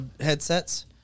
headsets